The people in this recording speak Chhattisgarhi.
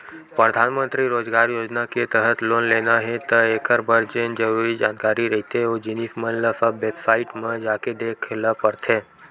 परधानमंतरी रोजगार योजना के तहत लोन लेना हे त एखर बर जेन जरुरी जानकारी रहिथे ओ जिनिस मन ल सब बेबसाईट म जाके देख ल परथे